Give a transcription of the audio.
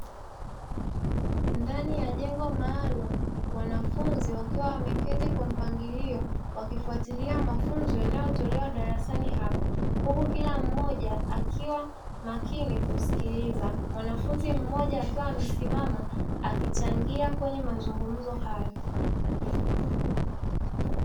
Ndani ya jengo maalumu wanafunzi wakiwa wameketi kwa mpangilio, wakifuatilia mafunzo yanayotolewa darasani hapo, huku kila mmoja akiwa makini kusikiliza, mwanafunzi mmoja akiwa amesimama akichangia kwenye mazungumzo hayo.